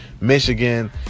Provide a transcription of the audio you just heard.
Michigan